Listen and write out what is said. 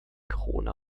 krone